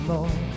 More